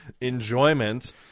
enjoyment